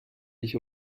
ich